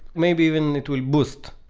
maybe even it will boost.